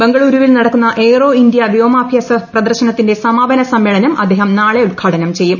ബംഗളൂരുവിൽ നടക്കുന്ന Aero India വ്യോമാഭ്യാസ പ്രദർശനത്തിന്റെ സമാപന സമ്മേളനം അദ്ദേഹം നാളെ ഉദ്ഘാടനം ചെയ്യും